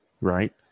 right